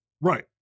right